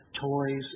toys